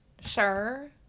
sure